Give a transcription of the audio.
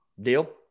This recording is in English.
Deal